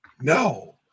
No